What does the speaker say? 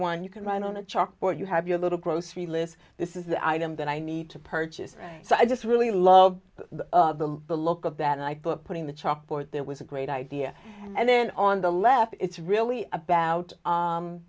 one you run on a chalkboard you have your little grocery list this is the item that i need to purchase right so i just really love the look of that i book putting the chalkboard there was a great idea and then on the left it's really about